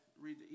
read